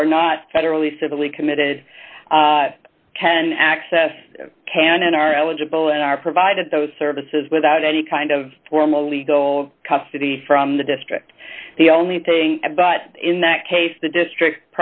who are not federally civilly committed can access can and are eligible and are provided those services without any kind of formal legal custody from the district the only thing but in that case the district